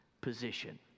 position